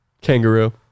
Kangaroo